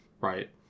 Right